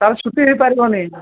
ତା'ର ଛୁଟି ହେଇ ପାରିବନି